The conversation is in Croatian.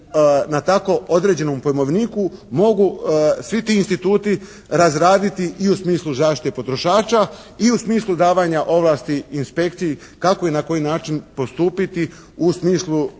na tako određenom pojmovniku mogu svi ti instituti razraditi i u smislu zaštite potrošača i u smislu davanja ovlasti inspekciji kako i na koji način postupiti u smislu